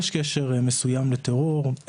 יש קשר מסוים לטרור,